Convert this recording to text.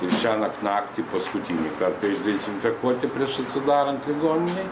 ir šiąnakt naktį paskutinį kartą išdezinfekuoti prieš atsidarant ligoninei